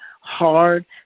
hard